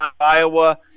Iowa